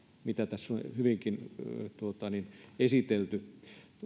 mitä tässä on hyvin esitelty